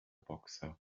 boxer